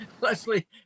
Leslie